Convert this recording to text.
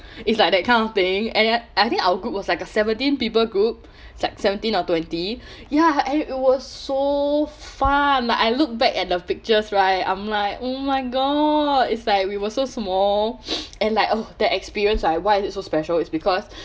it's like that kind of thing and I I think our group was like a seventeen people group it's like seventeen or twenty ya it was so fun like I look back at the pictures right I'm like oh my god is like we were so small and like oh that experience right why is it so special is because